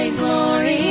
glory